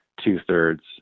two-thirds